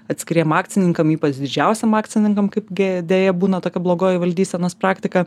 atskiriem akcininkam ypač didžiausiem akcininkam kaipgi deja būna tokia blogoji valdysenos praktika